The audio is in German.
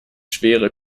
schwere